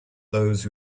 those